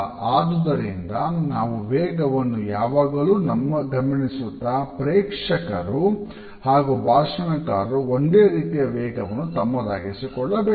ಆದುದರಿಂದ ನಾವು ವೇಗವನ್ನು ಯಾವಾಗಲೂ ಗಮನಿಸುತ್ತಾ ಪ್ರೇಕ್ಷಕರು ಹಾಗು ಭಾಷಣಕಾರರು ಒಂದೇ ರೀತಿಯ ವೇಗವನ್ನು ತಮ್ಮದಾಗಿಸಿಕೊಳ್ಳಬೇಕು